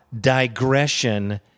digression